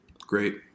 Great